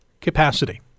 capacity